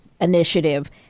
initiative